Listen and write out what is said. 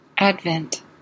Advent